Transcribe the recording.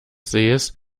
sees